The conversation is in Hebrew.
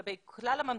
כלפי כלל הממתינים.